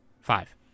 Five